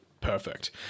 Perfect